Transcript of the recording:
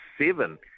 seven